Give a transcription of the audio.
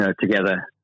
together